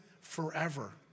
forever